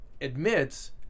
admits